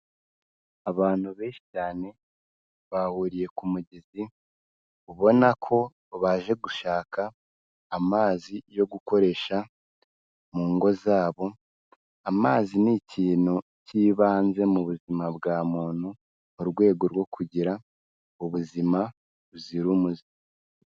Abantu benshi cyane bahuriye ku mugezi ubona ko baje gushaka amazi yo gukoresha mu ngo zabo. Amazi ni ikintu cy'ibanze mu buzima bwa muntu mu rwego rwo kugira ubuzima buzira umuze.